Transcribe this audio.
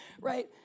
Right